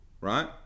right